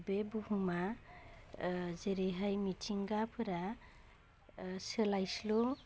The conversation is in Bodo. बे बुहुमा जेरैहाय मिथिंगाफोरा सोलायस्लु